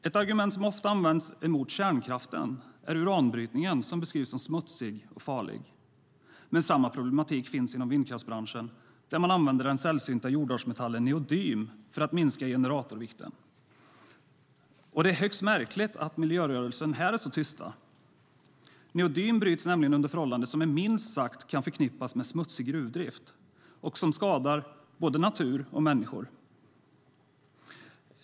Ett argument som ofta används mot kärnkraften är uranbrytningen, som beskrivs som smutsig och farlig. Men samma problematik finns i vindkraftsbranschen, där man använder den sällsynta jordartsmetallen neodym för att minska generatorvikten. Det är högst märkligt att miljörörelsen här är så tyst. Neodym bryts nämligen under förhållanden som minst sagt kan förknippas med smutsig gruvdrift som skadar både natur och människor.